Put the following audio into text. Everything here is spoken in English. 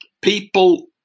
people